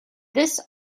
this